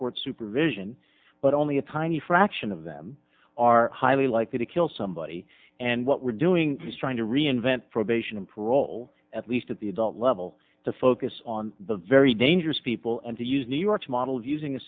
court supervision but only a tiny fraction of them are highly likely to kill somebody and what we're doing is trying to reinvent probation and parole at least at the adult level to focus on the very dangerous people and to use new york's model of using a